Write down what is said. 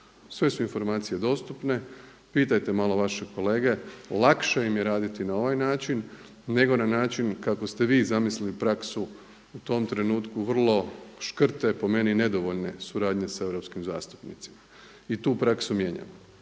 Sve su informacije dostupne, pitajte malo vaše kolege. Lakše im je raditi na ovaj način, nego na način kako ste vi zamislili praksu u tom trenutku vrlo škrte po meni nedovoljne suradnje sa europskim zastupnicima. I tu praksu mijenjamo,